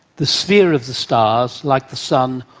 the sphere of the stars, like the sun,